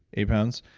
eight pounds.